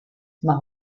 más